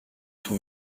tout